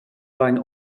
vain